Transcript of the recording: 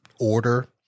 order